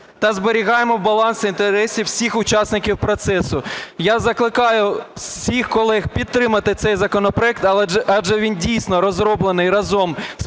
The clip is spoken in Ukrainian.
та зберігаємо баланс інтересів всіх учасників процесу. Я закликаю всіх колег підтримати цей законопроект, адже він дійсно розроблений разом з